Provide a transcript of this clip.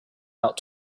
out